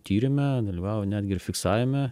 tyrime dalyvavo netgi ir fiksavime